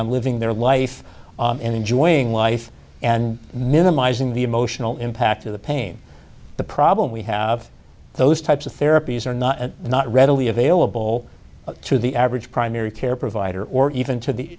on living their life and enjoying life and minimizing the emotional impact of the pain the problem we have those types of therapies are not not readily available to the average primary care provider or even to the